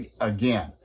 again